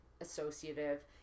associative